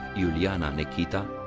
iuliana nechita,